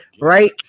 Right